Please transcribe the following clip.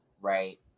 Right